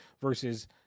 versus